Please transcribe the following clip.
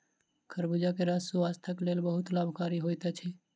खरबूजा के रस स्वास्थक लेल बहुत लाभकारी होइत अछि